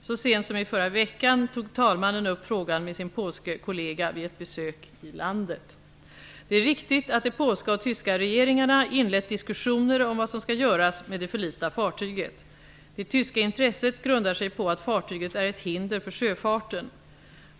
Så sent som i förra veckan tog talmannen upp frågan med sin polske kollega vid ett besök i landet. Det är riktigt att de polska och tyska regeringarna inlett diskussioner om vad som skall göras med det förlista fartyget. Det tyska intresset grundar sig på att fartyget är ett hinder för sjöfarten.